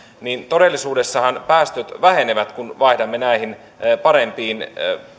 niin todellisuudessahan päästöt vähenevät kun vaihdamme näihin parempiin